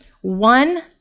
One